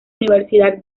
universidad